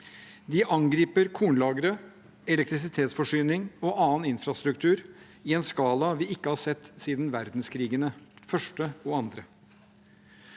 De angriper kornlagre, elektrisitetsforsyning og annen infrastruktur i en skala vi ikke har sett siden første og annen